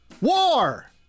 war